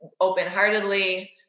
open-heartedly